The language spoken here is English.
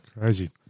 Crazy